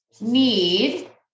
need